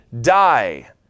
die